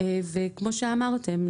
כמו שאמרתם,